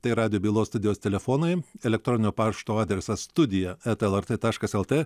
tai radijo bylos studijos telefonai elektroninio pašto adresas studijaeta lrt taškas el t